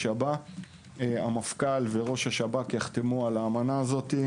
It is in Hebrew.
הבא המפכ"ל וראש השב"כ יחתמו על האמנה הזאת.